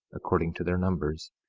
according to their numbers,